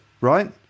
right